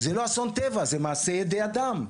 זה לא אסון טבע זה מעשה ידי אדם.